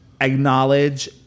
acknowledge